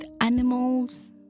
animals